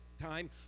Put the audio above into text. time